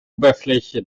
oberfläche